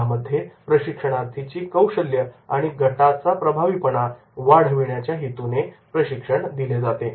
यामध्ये प्रशिक्षणार्थीची कौशल्य आणि गटाचा प्रभावीपणा वाढवण्याच्या हेतूने प्रशिक्षण दिले जाते